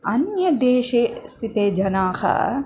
अन्यदेशे स्थिते जनाः